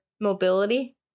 mobility